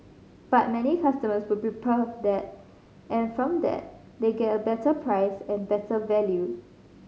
but many customers would prefer that and from that they get a better price and better value